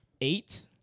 Eight